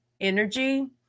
energy